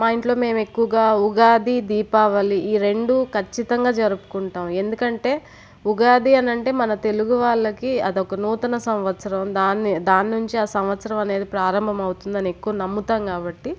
మా ఇంట్లో మేము ఎక్కువగా ఉగాది దీపావళి ఈ రెండు ఖచ్చితంగా జరుపుకుంటాం ఎందుకంటే ఉగాది అని అంటే మన తెలుగు వాళ్లకి అదొక నూతన సంవత్సరం దాన్నే దాని నుంచి ఆ సంవత్సరం అనేది ప్రారంభమవుతుందని ఎక్కువ నమ్ముతాం కాబట్టి